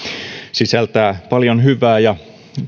sisältää paljon hyvää ja